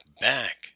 back